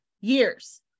years